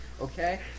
Okay